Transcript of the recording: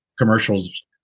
commercials